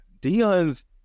Dion's